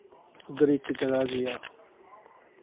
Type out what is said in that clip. उद्धर इक जगह गेआ